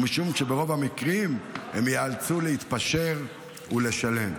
ומשום שברוב המקרים הם ייאלצו להתפשר ולשלם,